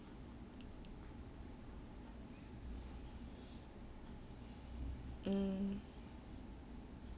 mm